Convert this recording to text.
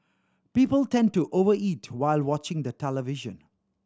people tend to overeat while watching the television